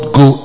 go